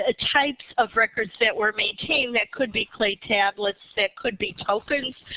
ah types of records that were maintained. that could be clay tablets. that could be tokens,